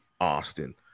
Austin